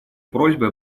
просьбы